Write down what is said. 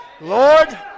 Lord